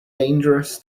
dangerous